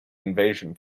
invasion